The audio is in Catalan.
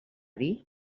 dir